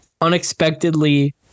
unexpectedly